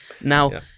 Now